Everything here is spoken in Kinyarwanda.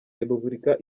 repubulika